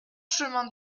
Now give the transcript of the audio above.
chemin